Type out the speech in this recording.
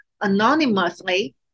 anonymously